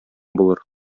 булыр